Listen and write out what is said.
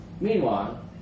Meanwhile